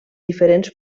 diferents